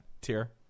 tier